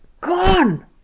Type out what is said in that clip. Gone